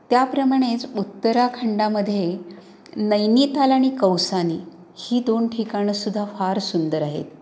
त्याप्रमाणेच उत्तराखंडामध्ये नैनिताल आणि कौसानी ही दोन ठिकाणंसुद्धा फार सुंदर आहेत